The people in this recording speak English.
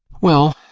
well,